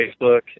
Facebook